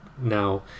now